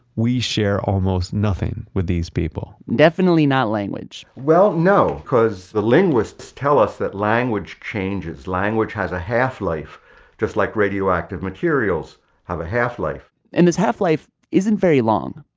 we share almost nothing with these people definitely not language well, no, cause the linguists tell us that language changes. language has a half-life just like radioactive materials have a half-life and this half-life isn't very long.